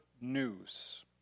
news